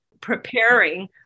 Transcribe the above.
preparing